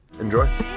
enjoy